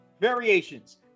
variations